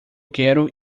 quero